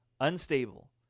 unstable